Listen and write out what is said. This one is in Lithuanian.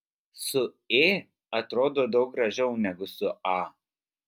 su ė atrodo daug gražiau negu su a